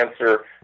answer